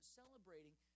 celebrating